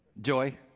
joy